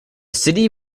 city